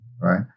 right